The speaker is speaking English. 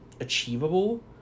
achievable